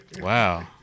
Wow